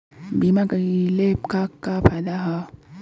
बीमा कइले का का फायदा ह?